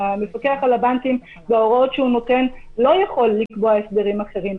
המפקח על הבנקים בהוראות שהוא נותן לא יכול לקבוע הסדרים אחרים,